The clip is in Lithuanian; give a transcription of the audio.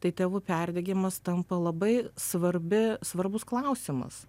tai tėvų perdegimas tampa labai svarbi svarbus klausimas